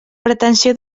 pretensió